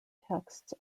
texts